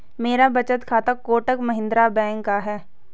मेरा बचत खाता कोटक महिंद्रा बैंक का है